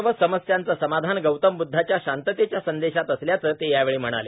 सर्व समस्यांचं समाधान गौतम बद्धांच्या शांततेच्या संदेशात असल्याचं ते यावेळी म्हाणाले